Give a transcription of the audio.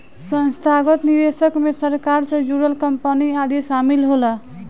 संस्थागत निवेशक मे सरकार से जुड़ल कंपनी आदि शामिल होला